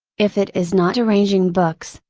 if it is not arranging books,